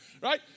Right